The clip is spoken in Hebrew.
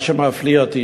מה שמפליא אותי,